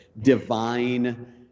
divine